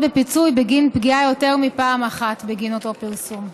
בפיצוי בגין פגיעה יותר מפעם אחת בגין אותו פרסום.